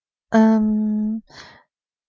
um